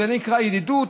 זה נקרא ידידות?